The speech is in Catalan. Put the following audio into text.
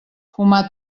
fumar